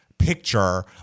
picture